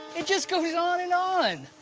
it just goes on and on.